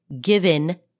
given